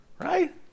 Right